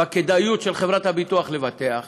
את הכדאיות של חברת הביטוח לבטח,